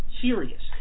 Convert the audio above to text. serious